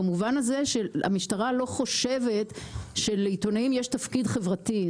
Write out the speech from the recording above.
במובן הזה שהמשטרה לא חושבת שלעיתונאים יש תפקיד חברתי.